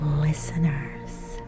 listeners